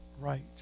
right